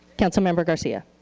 councilmember garcia.